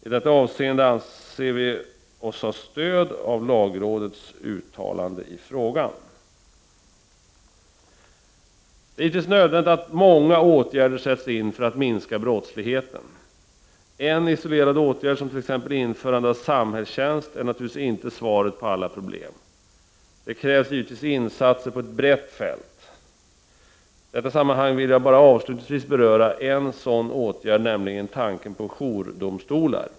I detta avseende anser vi oss ha stöd av lagrådets uttalande i frågan. Det är nödvändigt att många åtgärder sätts in för att minska brottsligheten. En isolerad åtgärd som t.ex. införande av samhällstjänst är naturligtvis inte svaret på alla problem. Det krävs givetvis insatser på ett brett fält. I detta sammanhang vill jag avslutningsvis beröra en sådan åtgärd, nämligen tanken på jourdomstolar.